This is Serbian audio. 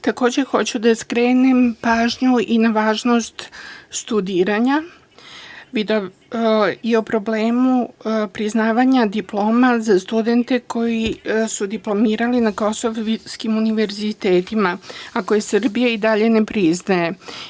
Takođe hoću da skrenem pažnju i na važnost studiranja i problem priznavanja diploma za studente koji su diplomirali na kosovskim univerzitetima, a koje Srbija i dalje ne priznaje.